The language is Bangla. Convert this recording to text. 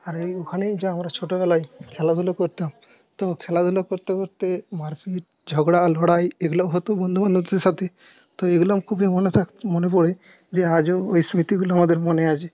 আর এই ওখানেই যা আমরা ছোটবেলায় খেলাধুলা করতাম তো খেলাধুলা করতে করতে মারপিট ঝগড়া লড়াই এগুলোও হত বন্ধু বান্ধবদের সাথে তো এগুলো খুবই মনে মনে পড়েরে যে আজও ওই স্মৃতিগুলো আমাদের মনে আছে